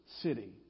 city